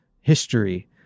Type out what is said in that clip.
history